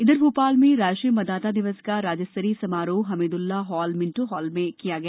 इधर भोपाल में राष्ट्रीय मतदाता दिवस का राज्य स्तरीय समारोह हमीद्रल्ला हॉलए मिंटो हॉल भोपाल में किया गया